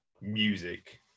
music